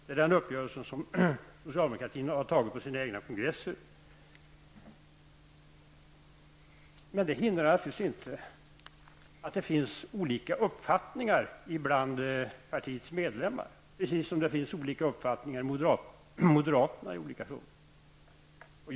Det är en uppgörelse som socialdemokratin har träffat i sina partikongresser. Men det hindrar naturligtvis inte att det finns olika uppfattningar bland partiets medlemmar, precis som det finns olika uppfattningar inom moderaterna i olika frågor.